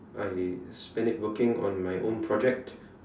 I spend it working on my own project